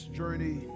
journey